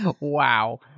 Wow